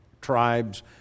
tribes